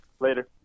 Later